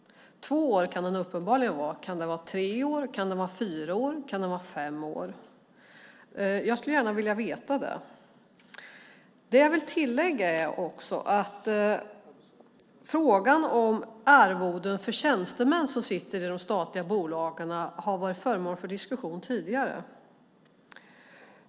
Två år kan den uppenbarligen vara. Kan den vara tre år? Kan den vara fyra år? Kan den vara fem år? Jag skulle gärna vilja veta det. Jag vill också tillägga att frågan om arvoden för tjänstemän som sitter i de statliga bolagens styrelser har varit uppe för diskussion tidigare.